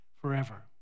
forever